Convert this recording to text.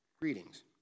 Greetings